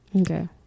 Okay